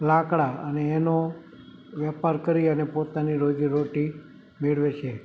લાકડા અને એનો વેપાર કરી અને પોતાની રોજીરોટી મેળવે છે